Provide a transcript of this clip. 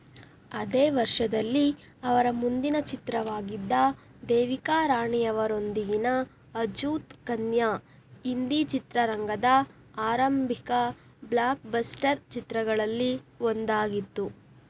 ಅದೇ ವರ್ಷದಲ್ಲಿ ಅವರ ಮುಂದಿನ ಚಿತ್ರವಾಗಿದ್ದ ದೇವಿಕಾ ರಾಣಿಯವರೊಂದಿಗಿನ ಅಛೂತ್ ಕನ್ಯಾ ಹಿಂದಿ ಚಿತ್ರರಂಗದ ಆರಂಭಿಕ ಬ್ಲಾಕ್ಬಸ್ಟರ್ ಚಿತ್ರಗಳಲ್ಲಿ ಒಂದಾಗಿತ್ತು